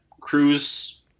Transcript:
cruise